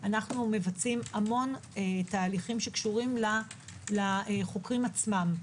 אנו מבצעים המון תהליכים שקשורים לחוקרים עצמם.